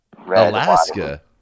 Alaska